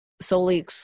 solely